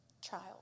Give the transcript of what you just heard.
child